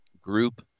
group